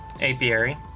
Apiary